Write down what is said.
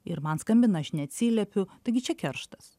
ir man skambina aš neatsiliepiu taigi čia kerštas